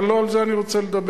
אבל לא על זה אני רוצה לדבר.